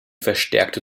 verstärkte